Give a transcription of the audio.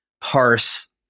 parse